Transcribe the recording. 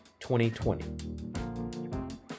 2020